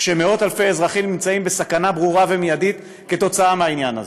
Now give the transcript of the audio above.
כשמאות-אלפי אזרחים נמצאים בסכנה ברורה ומיידית כתוצאה מהעניין הזה.